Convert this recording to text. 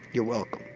you're welcome.